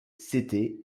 c’étaient